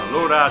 Lord